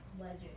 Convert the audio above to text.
legend